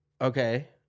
okay